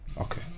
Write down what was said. Okay